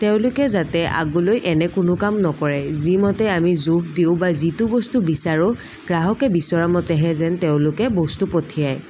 তেওঁলোকে যাতে আগলৈ এনে কোনো কাম নকৰে যিমতে আমি জোখ দিওঁ বা যিটো বস্তু বিচাৰোঁ গ্ৰাহকে বিচৰামতেহে যেন তেওঁলোকে বস্তু পঠিয়ায়